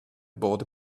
bought